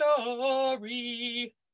story